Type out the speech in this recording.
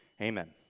amen